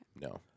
No